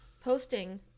Posting